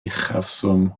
uchafswm